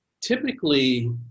typically